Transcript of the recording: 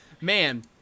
man